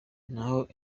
naho